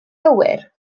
gywir